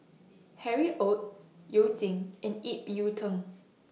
Harry ORD YOU Jin and Ip Yiu Tung